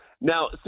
now